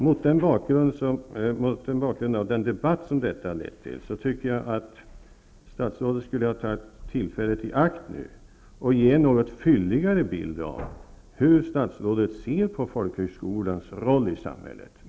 Mot bakgrund av den debatt som detta har lett till tycker jag att statsrådet nu skulle ha tagit tillfället i akt att ge en något fylligare bild av hur statsrådet ser på folkhögskolans roll i samhället.